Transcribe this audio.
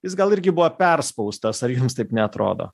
jis gal irgi buvo perspaustas ar jums taip neatrodo